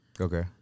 Okay